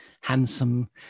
handsome